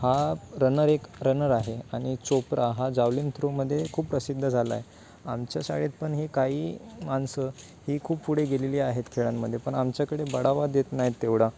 हा रनर एक रनर आहे आणि चोप्रा हा जावलीन थ्रोमध्ये खूप प्रसिद्ध झाला आहे आमच्या शाळेत पण ही काही माणसं ही खूप पुढे गेलेली आहेत खेळांमध्ये पण आमच्याकडे बढावा देत नाहीत तेवढा